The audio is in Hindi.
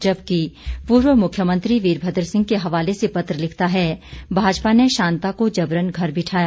जबकि पूर्व मुख्यमंत्री वीरभद्र सिंह के हवाले से पत्र लिखता है भाजपा ने शांता को जबरन घर बिठाया